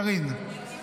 קארין.